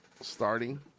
starting